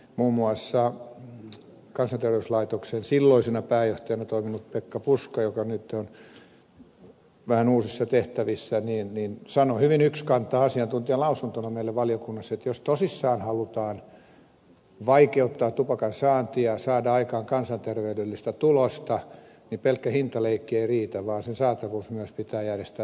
muun muassa kansanterveyslaitoksen silloisena pääjohtajana toiminut pekka puska joka nyt on uusissa tehtävissä sanoi hyvin ykskantaan asiantuntijalausuntona meille valiokunnassa että jos tosissaan halutaan vaikeuttaa tupakan saantia saada aikaan kansanterveydellistä tulosta niin pelkkä hintaleikki ei riitä vaan se saatavuus myös pitää järjestää toisella lailla